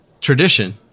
Tradition